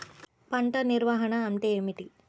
పంట నిర్వాహణ అంటే ఏమిటి?